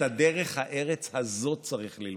את דרך הארץ הזאת צריך ללמוד,